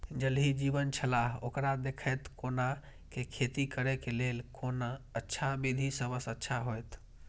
ज़ल ही जीवन छलाह ओकरा देखैत कोना के खेती करे के लेल कोन अच्छा विधि सबसँ अच्छा होयत?